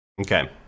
Okay